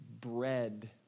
bread